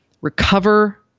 recover